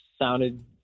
sounded